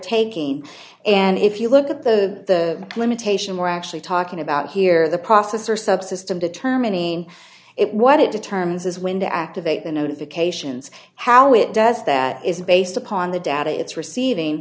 taking and if you look at the limitation we're actually talking about here the processor subsystem determining it what it determines is when to activate the notifications how it does that is based upon the data it's receiving